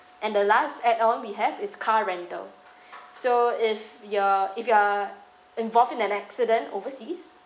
and the last add on we have is car rental so if you're if you are involved in an accident overseas